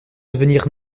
devenir